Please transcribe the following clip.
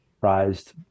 prized